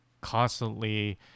constantly